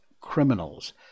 criminals